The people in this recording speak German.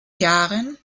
jahren